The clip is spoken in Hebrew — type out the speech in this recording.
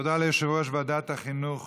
תודה ליושב-ראש ועדת החינוך